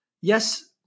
yes